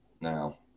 Now